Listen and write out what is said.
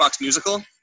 musical